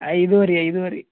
ಐದುವರೆ ಐದುವರೆ